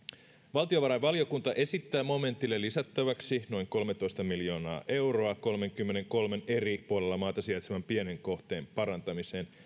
valtiovarainvaliokunta esittää momentille lisättäväksi noin kolmetoista miljoonaa euroa kolmenkymmenenkolmen eri puolilla maata sijaitsevan pienen kohteen parantamiseen